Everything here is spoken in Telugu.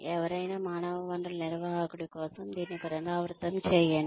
ఏవారైనా మానవ వనరుల నిర్వాహకుడి కోసం దీన్ని పునరావృతం చేయండి